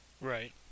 Right